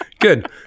good